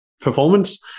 performance